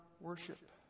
worship